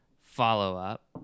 follow-up